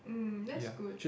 mm that's good